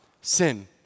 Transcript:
sin